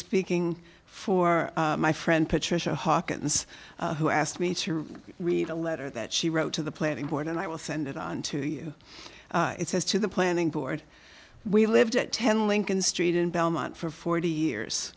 speaking for my friend patricia hawkins who asked me to read a letter that she wrote to the planning board and i will send it on to you it says to the planning board we lived at ten lincoln street in belmont for forty years